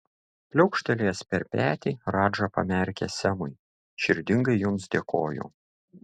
pliaukštelėjęs per petį radža pamerkė semui širdingai jums dėkoju